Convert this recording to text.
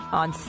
on